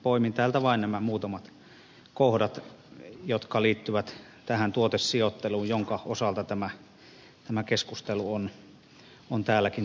poimin täältä vain nämä muutamat kohdat jotka liittyvät tuotesijoitteluun jonka osalta tämä keskustelu on täälläkin tänään käyty